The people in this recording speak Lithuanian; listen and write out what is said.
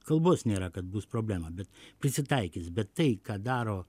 kalbos nėra kad bus problema bet prisitaikys bet tai ką daro